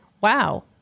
wow